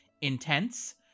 intense